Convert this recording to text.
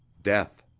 death.